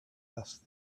asked